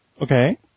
Okay